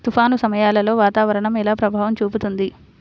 తుఫాను సమయాలలో వాతావరణం ఎలా ప్రభావం చూపుతుంది?